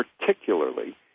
particularly